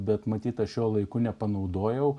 bet matyt šiuo laiku nepanaudojau